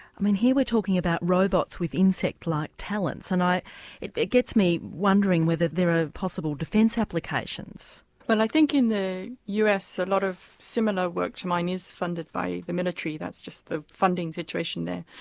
i mean here we're talking about robots with insect-like talents and it it gets me wondering whether there are possible defence applications? well i think in the us a lot of similar work to mine is funded by the military that's just the funding situation there.